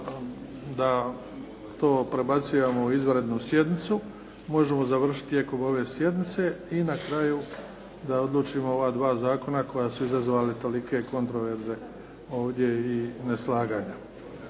da to prebacujemo u izvanrednu sjednicu, možemo završiti tijekom ove sjednice i na kraju da odlučimo o ova dva zakona koja su izazvali tolike kontroverze ovdje i neslaganja.